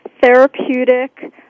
therapeutic